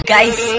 Guys